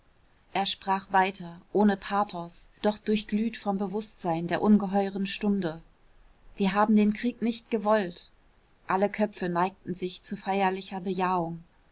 er sprach weiter ohne pathos doch durchglüht vom bewußtsein der ungeheuren stunde wir haben den krieg nicht gewollt alle köpfe neigten sich zu feierlicher bejahung